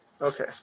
Okay